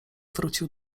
wrócił